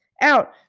out